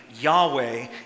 Yahweh